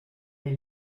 est